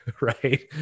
Right